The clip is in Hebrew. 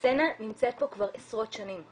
הסצנה נמצאת פה כבר עשרות שנים בארץ.